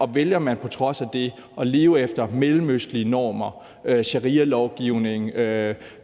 og vælger man på trods af det at leve efter mellemøstlige normer, leve efter sharialovgivningen,